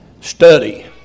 study